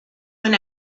when